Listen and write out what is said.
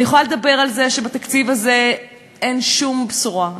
אני יכולה לדבר על זה שבתקציב הזה אין שום בשורה,